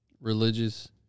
religious